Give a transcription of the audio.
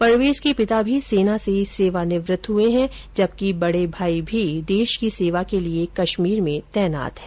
परवेज के पिता भी सेना से सेवानिवृत्त हुए है जबकि बडे भाई भी देश की सेवा के लिये कश्मीर में तैनात है